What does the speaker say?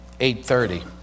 8.30